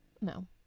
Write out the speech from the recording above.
No